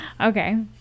okay